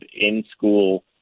in-school